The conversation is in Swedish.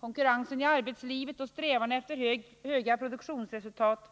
Konkurrensen i arbetslivet och strävan efter höga produktionsresultat